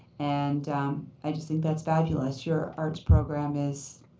and i just think that's fabulous. your arts program is